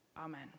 Amen